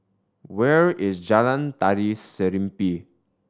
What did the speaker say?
where is Jalan Tari Serimpi